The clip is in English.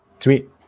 Sweet